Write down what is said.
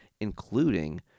including